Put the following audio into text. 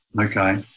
Okay